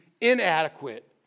inadequate